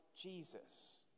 Jesus